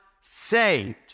saved